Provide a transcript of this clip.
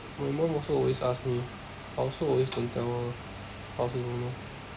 my mum also always ask me I also always don't tell her I also don't know